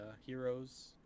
heroes